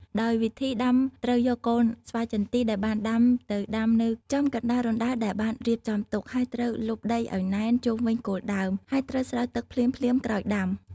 ដោយវិធីដាំត្រូវយកកូនស្វាយចន្ទីដែលបានដាំទៅដាំនៅចំកណ្តាលរណ្តៅដែលបានរៀបចំទុក ហើយត្រូវលប់ដីឱ្យណែន ជុំវិញគល់ដើម ហើយត្រូវ ស្រោចទឹក ភ្លាមៗក្រោយដាំ។